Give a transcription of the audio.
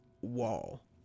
wall